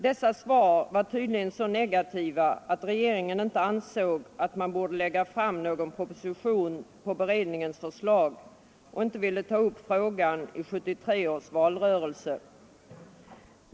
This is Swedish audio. Dessa svar var tydligen så negativa att regeringen inte ansåg att man borde lägga fram någon proposition på beredningens förslag och man ville inte ta upp frågan i 1973 års valrörelse.